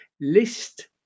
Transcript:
list